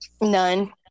None